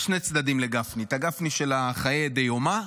יש שני צדדים לגפני, את הגפני של חיי דיומא,